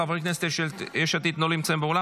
חברי הכנסת של יש עתיד לא נמצאים באולם,